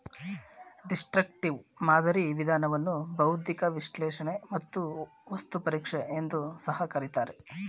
destructive ಮಾದರಿ ವಿಧಾನವನ್ನು ಬೌದ್ಧಿಕ ವಿಶ್ಲೇಷಣೆ ಮತ್ತು ವಸ್ತು ಪರೀಕ್ಷೆ ಎಂದು ಸಹ ಕರಿತಾರೆ